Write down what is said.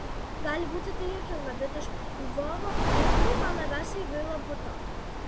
gali būti tai juokinga bet iš lvovo laikų man labiausiai gaila buto